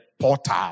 portal